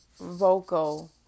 vocal